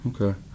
Okay